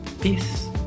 Peace